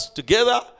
together